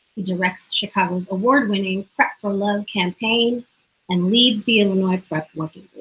he directs chicago's award-winning prep for love campaign and leads the illinois prep working